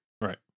Right